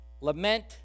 Lament